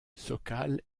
sokal